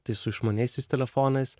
tai su išmaniaisiais telefonais